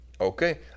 Okay